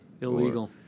Illegal